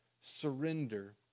Surrender